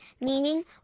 meaning